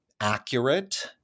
accurate